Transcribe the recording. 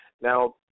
Now